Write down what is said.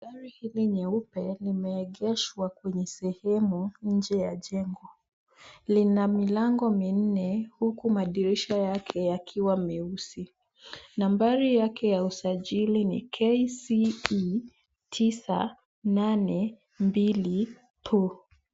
Gari hili nyeupe limeegeshwa kwenye sehemu nje ya jengo. Lina milango minne huku madirisha yake yakiwa meusi. Nambari yake ya usajili ni KCE 982P.